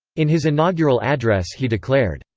in his inaugural address he declared,